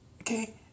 Okay